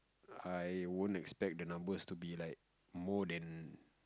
I won't expect the numbers to be like more than